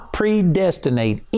predestinate